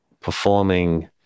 performing